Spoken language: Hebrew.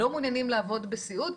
לא מעוניינים לעבוד בסיעוד.